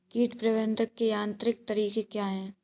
कीट प्रबंधक के यांत्रिक तरीके क्या हैं?